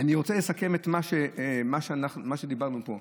אני רוצה לסכם את מה שדיברנו פה,